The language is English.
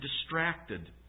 distracted